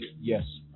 Yes